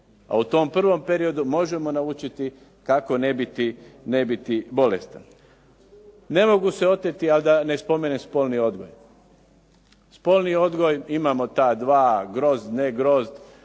A u tom prvom periodu možemo naučiti kako ne biti bolestan. Ne mogu se oteti, a da ne spomenem spolni odgoj. Spolni odgoj, imamo ta dva grozd, ne grozd,